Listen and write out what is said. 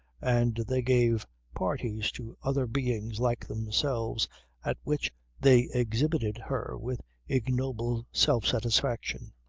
and they gave parties to other beings like themselves at which they exhibited her with ignoble self-satisfaction.